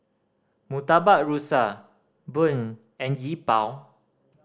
Murtabak Rusa bun and Yi Bua